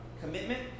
Commitment